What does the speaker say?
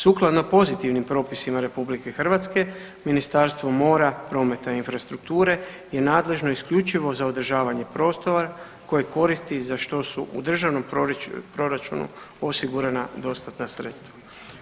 Sukladno pozitivnim propisima RH Ministarstvo mora, prometa i infrastrukture je nadležno isključivo za održavanje prostora koje koristi za što su u državnom proračunu osigurana dostatna sredstva.